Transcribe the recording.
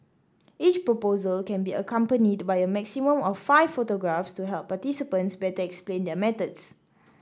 each proposal can be accompanied by a maximum of five photographs to help participants better explain their methods